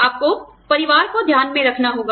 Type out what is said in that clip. आपको परिवार को ध्यान में रखना होगा